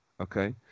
okay